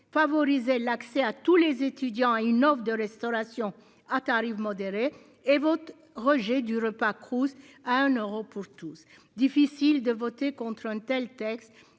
favoriser l'accès à tous les étudiants à une offre de restauration à tarifs modérés et votre rejet du repas Cruz à un euro pour tous. Difficile de voter contre un tel texte,